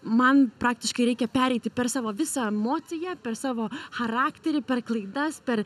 man praktiškai reikia pereiti per savo visą emociją per savo charakterį per klaidas per